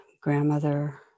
grandmother